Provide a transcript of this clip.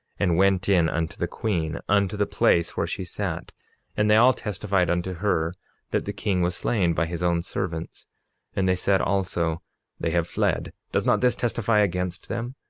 and went in unto the queen, unto the place where she sat and they all testified unto her that the king was slain by his own servants and they said also they have fled does not this testify against them?